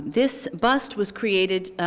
this bust was created,